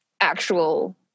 actual